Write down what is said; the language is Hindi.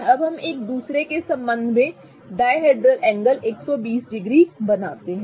अब हम एक दूसरे के संबंध में डायहेड्रल एंगल 120 डिग्री बनाते हैं